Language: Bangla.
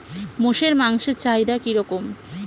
মোষের মাংসের চাহিদা কি রকম?